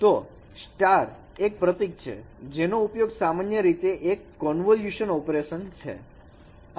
તો એક પ્રતીક છે જેનો ઉપયોગ સામાન્ય રીતે એક કોન્વોલ્યુશન ઓપરેશન છે